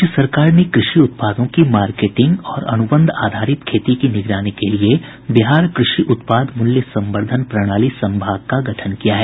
राज्य सरकार ने कृषि उत्पादों की मार्केटिंग और अनुबंध आधारित खेती की निगरानी के लिये बिहार कृषि उत्पाद मूल्य संवर्धन प्रणाली संभाग का गठन किया है